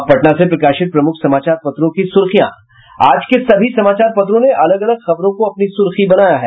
अब पटना से प्रकाशित प्रमुख समाचार पत्रों की सुर्खियां आज के सभी समाचार पत्रों ने अलग अलग खबरों को अपनी सुर्खी बनाया है